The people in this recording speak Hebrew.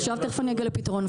תכף אגיע לפתרון.